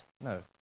No